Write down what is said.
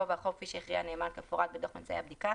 גובה החוב כפי שהכריע הנאמן כמפורט בדוח ממצאי הבדיקה,